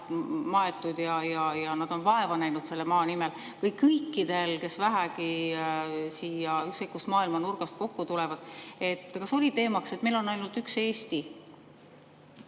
maetud ja nad on vaeva näinud selle maa nimel, või kõikidel, kes vähegi ükskõik kust maailma nurgast siia kokku tulevad? Kas oli teemaks, et meil on ainult üks Eesti?